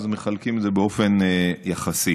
אז מחלקים את זה באופן יחסי.